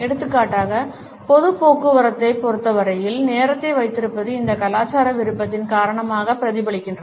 எடுத்துக்காட்டாக பொதுப் போக்குவரத்தைப் பொறுத்தவரையில் நேரத்தை வைத்திருப்பது இந்த கலாச்சார விருப்பத்தின் காரணமாகவும் பிரதிபலிக்கிறது